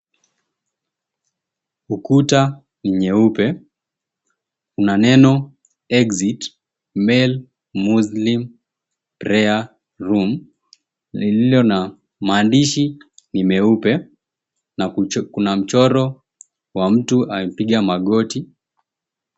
Ukuta ni nyeupe una neno, Exit Male Muslim Prayer Room. Lililo na maandishi ni meupe, na kuna mchoro wa mtu amepiga magoti.